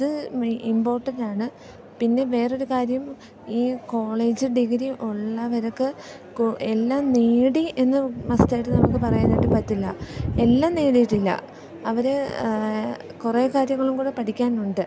അത് ഇമ്പോട്ടൻ്റ് ആണ് പിന്നെ വേറെ ഒരു കാര്യം ഈ കോളേജ് ഡിഗ്രി ഉള്ളവർക്ക് എല്ലാം നേടി എന്നു മസ്റ്റ് ആയിട്ട് നമുക്ക് പറയാനായിട്ട് പറ്റില്ല എല്ലാം നേടിയിട്ടില്ല അവർ കുറേ കാര്യങ്ങളും കൂടെ പഠിക്കാനുണ്ട്